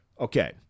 Okay